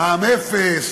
מע"מ אפס.